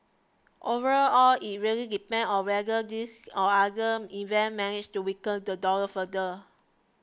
overall it really depends on whether these or other events manage to weaken the dollar further